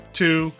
two